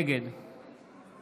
נגד